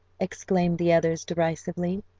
exclaimed the others derisively.